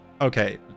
okay